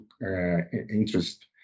interest